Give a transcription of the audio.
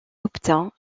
obtint